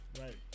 right